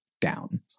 down